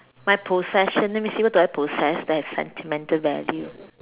my possession let me see what do I posses that has sentimental value